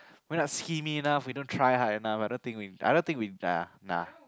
we not skinny enough we don't try hard enough I don't think we I don't think we nah nah